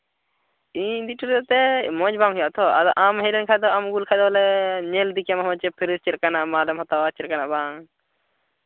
ᱤᱧ ᱤᱫᱤ ᱦᱚᱴᱚ ᱞᱮᱫ ᱛᱮ ᱢᱚᱡᱽ ᱵᱟᱝ ᱦᱩᱭᱩᱜᱼᱟ ᱛᱚ ᱟᱫᱚ ᱟᱢ ᱦᱮᱡ ᱞᱮᱱᱠᱷᱟᱱ ᱫᱚ ᱟᱢ ᱟᱹᱜᱩ ᱞᱮᱠᱷᱟᱱ ᱫᱚ ᱵᱚᱞᱮ ᱧᱮᱞ ᱤᱫᱤ ᱠᱮᱭᱟᱢ ᱦᱚᱸᱜᱼᱚᱭ ᱯᱷᱨᱮᱹᱥ ᱪᱮᱫ ᱞᱮᱠᱟᱱᱟᱜ ᱢᱟᱞᱮᱢ ᱦᱟᱛᱟᱣᱟ ᱪᱮᱫ ᱞᱮᱠᱟᱱᱟᱜ ᱵᱟᱝ